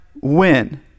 win